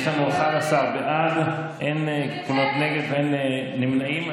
יש לנו 11 בעד, אין נגד ואין נמנעים.